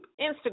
Instagram